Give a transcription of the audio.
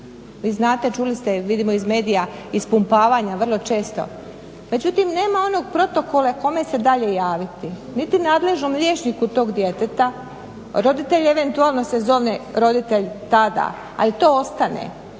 vi znate, čuli ste, vidimo iz medija ispumpavanja vrlo često. Međutim, nema onog protokola kome se dalje javiti, niti nadležnom liječniku toga djeteta, roditelje eventualno se zovne, roditelj tada a i to ostane